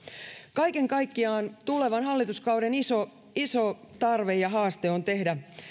kaiken kaikkiaan tulevan hallituskauden iso iso tarve ja haaste on tehdä